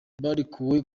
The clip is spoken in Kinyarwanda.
barekuwe